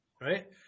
right